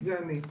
זה אני.